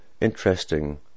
interesting